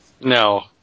No